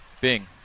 Bing